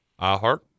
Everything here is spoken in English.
iHeart